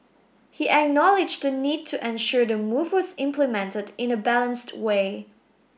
he acknowledged the need to ensure the move was implemented in a balanced way